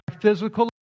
physical